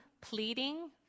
pleading